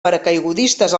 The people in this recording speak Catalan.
paracaigudistes